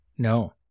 No